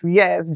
yes